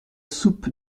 soupe